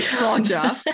Roger